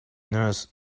nurse